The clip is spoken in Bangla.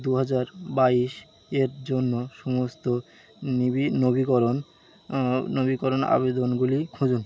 দু হাজার বাইশের জন্য সমস্ত নিবি নবীকরণ নবীকরণ আবেদনগুলি খুঁজুন